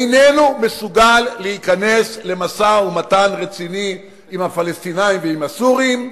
איננו מסוגל להיכנס למשא-ומתן רציני עם הפלסטינים ועם הסורים,